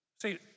See